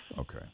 Okay